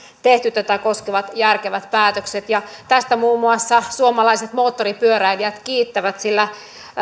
tehty tätä koskevat järkevät päätökset tästä muun muassa suomalaiset moottoripyöräilijät kiittävät sillä